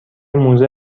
موزه